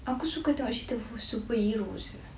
aku suka tengok cerita superheroes